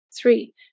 three